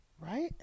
Right